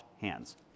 hands